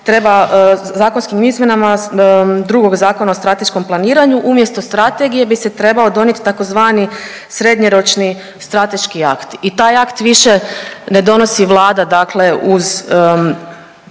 treba zakonskim izmjenama drugog Zakona o strateškom planiranju umjesto strategije bi se trebao donijet tzv. srednjoročni strateški akt i taj akt više ne donosi Vlada dakle uz